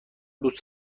دوست